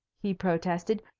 he protested.